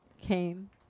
came